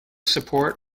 support